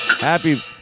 Happy